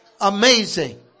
Amazing